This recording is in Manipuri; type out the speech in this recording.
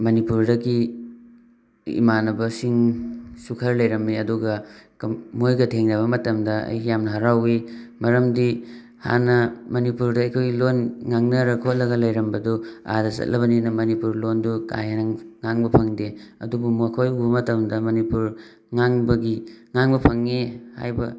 ꯃꯅꯤꯄꯨꯔꯗꯒꯤ ꯏꯃꯥꯟꯅꯕꯁꯤꯡꯁꯨ ꯈꯔ ꯂꯩꯔꯝꯃꯤ ꯑꯗꯨꯒ ꯃꯣꯏꯒ ꯊꯦꯡꯅꯕ ꯃꯇꯝꯗ ꯑꯩ ꯌꯥꯝꯅ ꯍꯔꯥꯎꯋꯤ ꯃꯔꯝꯗꯤ ꯍꯥꯟꯅ ꯃꯅꯤꯄꯨꯔꯗ ꯑꯩꯈꯣꯏꯒꯤ ꯂꯣꯟ ꯉꯥꯡꯅꯔ ꯈꯣꯠꯂꯒ ꯂꯩꯔꯝꯕꯗꯨ ꯑꯥꯗ ꯆꯠꯂꯕꯅꯤꯅ ꯃꯅꯤꯄꯨꯔ ꯂꯣꯟꯗꯨ ꯀꯥꯍꯦꯟꯅ ꯉꯥꯡꯕ ꯐꯪꯗꯦ ꯑꯗꯨꯕꯨ ꯃꯈꯣꯏ ꯎꯕ ꯃꯇꯝꯗ ꯃꯅꯤꯄꯨꯔ ꯉꯥꯡꯕꯒꯤ ꯉꯥꯡꯕ ꯐꯪꯉꯦ ꯍꯥꯏꯕ